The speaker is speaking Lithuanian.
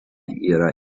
yra